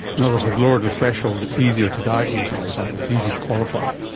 in other words, they've lowered the threshold, it's easier to diagnose it in some ways, easier to qualify.